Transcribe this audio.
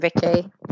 Vicky